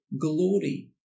glory